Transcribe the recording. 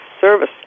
service